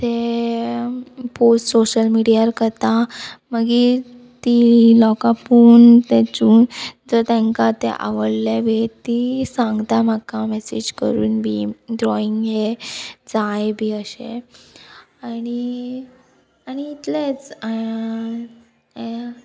तें post social मिडियार करता मागीर ती लोकां पोवून तेचेन जर तेंकां ते आवडलें बी ती सांगता म्हाका मॅसेज करून बी ड्रॉईंग हें जाय बी अशें आनी आनी इतलेंच